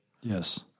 Yes